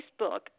Facebook